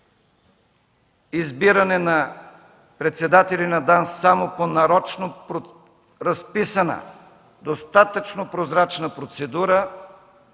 избиране на председатели на ДАНС само по нарочно разписана, достатъчно прозрачна процедура,